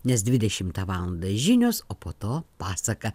nes dvidešimtą valandą žinios o po to pasaka